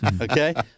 okay